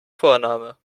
vorname